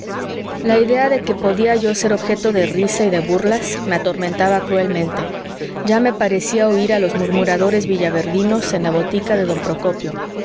la idea de que podía yo ser objeto de risas y de burlas me atormentaba cruelmente ya me parecía oir a los murmuradores villaverdinos en la botica de don procopio